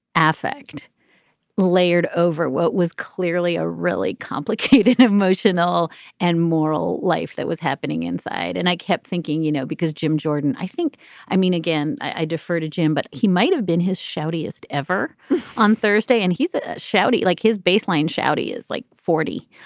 affect layered over what was clearly a really complicated and emotional and moral life that was happening inside, and i kept thinking, you know, because jim jordan, i think i mean, again, i defer to jim, but he might have been his shouty ist ever on thursday. and he's a shouty like his baseline shouty is like forty.